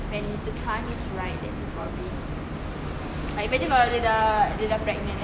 when the time is right then they probably like imagine kalau dia dah pregnant